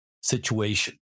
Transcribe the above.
situation